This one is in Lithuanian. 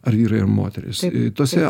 ar vyrai ar moterys tose